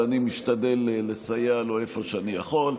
ואני משתדל לסייע לו איפה שאני יכול.